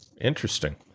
Interesting